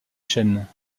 chaîne